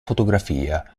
fotografia